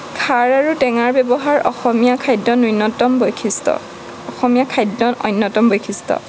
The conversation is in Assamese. খাৰ আৰু টেঙাৰ ব্যৱহাৰ অসমীয়া খাদ্যৰ ন্য়ূনতম বৈশিষ্ট অসমীয়া খাদ্যৰ অন্যতম বৈশিষ্ট্য়